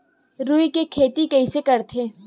रुई के खेती कइसे करथे?